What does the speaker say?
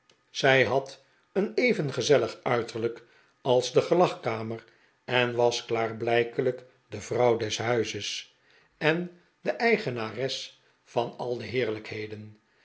zij had een even gezellig uiterlijk als de gelagkamer en was klaarblijkelijk de vrouw des huizes en de eigenares van al die heerlijkheden